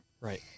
Right